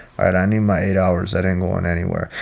i need my eight hours that ain't going anywhere.